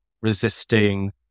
resisting